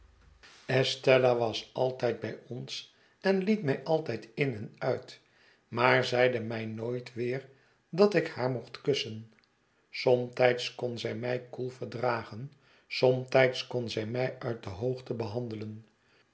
estella was altijd bij ons en liet mij altijd in en uit maar zeide mij nooit weer dat ik haar mocht kussen somtijds kon zij mij koel verdragen somtijds kon zij mij uit de hoogte behandelen